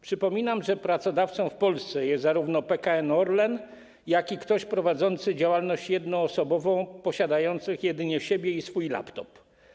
Przypominam, że pracodawcą w Polsce jest zarówno PKN Orlen, jak i ktoś prowadzący działalność jednoosobową, posiadający jedynie siebie i swój laptop.